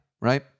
right